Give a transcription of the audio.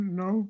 no